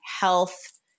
health